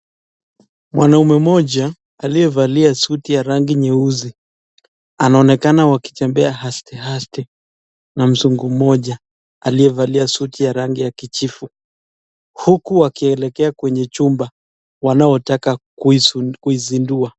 Mwanaume mmoja, aliyevalia (cs)suit(cs) ya rangi yeusi, anaonekana wakitembea haste haste, na mzungu mmoja, aliyevalia (cs)suit(cs) ya rangi ya kijivu, huku wakielekea kwenye chumba wanaotaka kuizindua.